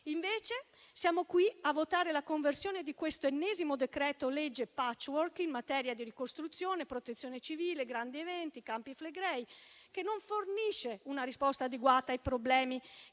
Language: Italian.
invece a votare la conversione di questo ennesimo decreto-legge *patchwork* in materia di ricostruzione, protezione civile, grandi eventi, Campi Flegrei, che non fornisce una risposta adeguata ai problemi